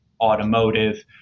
automotive